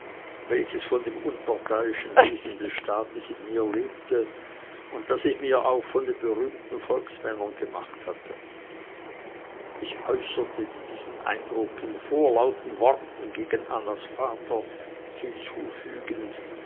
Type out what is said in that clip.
welches von dem unparteischen wesen des staates in mir lebte und das ich mir auch von den berühmten volksmännern gemacht hatte ich äußerte diesen eindruck in vorlauten worten gegen annas vater hinzufügend